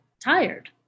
tired